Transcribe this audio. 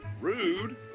rude